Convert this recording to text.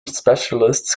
specialists